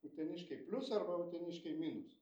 uteniškiai plius arba uteniškiai minus